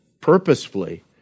purposefully